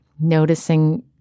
noticing